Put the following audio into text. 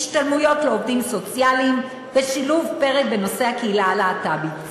השתלמויות לעובדים סוציאליים ושילוב פרק בנושא הקהילה הלהט"בית.